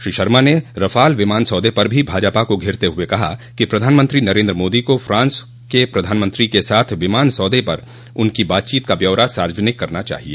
श्री शर्मा ने रफाल विमान सौदे पर भी भाजपा को घेरते हुए कहा कि प्रधानमंत्री नरेन्द्र मोदी को फ्रांस के प्रधानमंत्री के साथ विमान सौदे पर उनकी बातचीत का ब्यौरा सार्वजनिक करना चाहिए